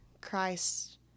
Christ